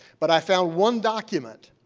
but i found one document